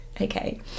Okay